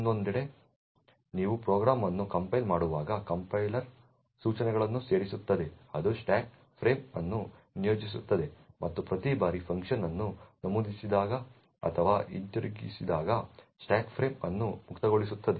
ಮತ್ತೊಂದೆಡೆ ನೀವು ಪ್ರೋಗ್ರಾಂ ಅನ್ನು ಕಂಪೈಲ್ ಮಾಡುವಾಗ ಕಂಪೈಲರ್ ಸೂಚನೆಗಳನ್ನು ಸೇರಿಸುತ್ತದೆ ಅದು ಸ್ಟಾಕ್ ಫ್ರೇಮ್ ಅನ್ನು ನಿಯೋಜಿಸುತ್ತದೆ ಮತ್ತು ಪ್ರತಿ ಬಾರಿ ಫಂಕ್ಷನ್ ಅನ್ನು ನಮೂದಿಸಿದಾಗ ಅಥವಾ ಹಿಂತಿರುಗಿಸಿದಾಗ ಸ್ಟಾಕ್ ಫ್ರೇಮ್ ಅನ್ನು ಮುಕ್ತಗೊಳಿಸುತ್ತದೆ